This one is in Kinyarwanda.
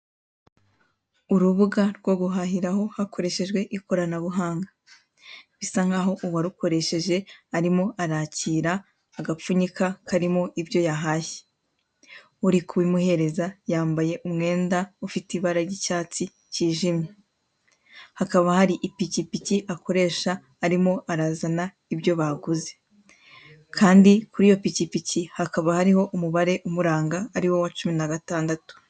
Urubuga rwo guhahiraho hakoreshejwe ikoranabuhanga, bisa nk'aho uwarukoresheje arimo arakira agapfunyika karimo ibyo yahashye, uri kubimuhereza yambaye umwenda ufite ibara ry'icyatsi kijime, hakaba hari ipikipiki akoresha arimo arazana ibyo baguze, kandi kuri iyo pikipiki hakaba hariho umubare umuranga ari wo wa, cumi na gatandatu.